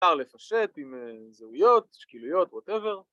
‫אפשר לפשט עם זהויות, שקילויות, וואטאבר.